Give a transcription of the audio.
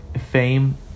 fame